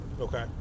Okay